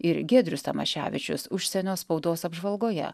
ir giedrius tamaševičius užsienio spaudos apžvalgoje